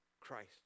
Christ